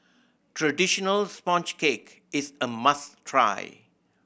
traditional sponge cake is a must try